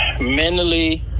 mentally